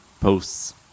posts